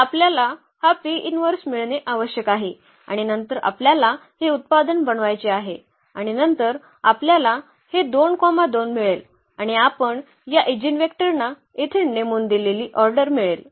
तर आपल्याला हा मिळणे आवश्यक आहे आणि नंतर आपल्याला हे उत्पादन बनवायचे आहे आणि नंतर आपल्याला हे 2 2 मिळेल आणि आपण या ईजिनवेक्टरना येथे नेमून दिलेली ऑर्डर मिळेल